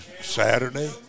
Saturday